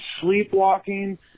sleepwalking